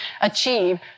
achieve